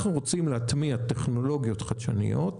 אנחנו רוצים להטמיע טכנולוגיות חדשניות,